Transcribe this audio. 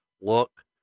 look